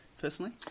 personally